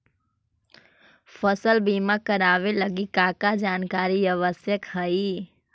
फसल बीमा करावे लगी का का जानकारी आवश्यक हइ?